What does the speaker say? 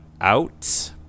out